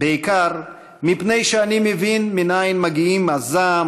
בעיקר מפני שאני מבין מנין מגיעים הזעם,